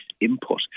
input